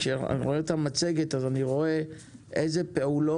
כאשר אני רואה את המצגת אני רואה באילו פעולות